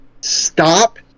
stop